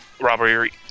robbery